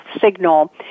signal